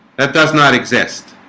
that does not exist